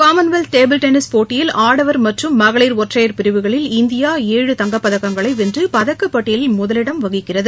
Commonwealth table tennis போட்டியில் ஆடவர் மற்றும் மகளிர் ஒற்றையர் பிரிவுகளில் இந்தியா ஏழு தங்கப்பதக்கங்களை வென்று பதக்கப்பட்டியலில் முதலிடம் வகிக்கிறது